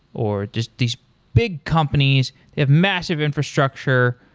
or just these big companies, they have massive infrastructure.